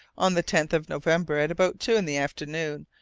on the tenth of november, at about two in the afternoon,